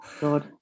God